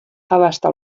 abasta